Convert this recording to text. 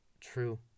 True